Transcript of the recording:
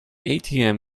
atm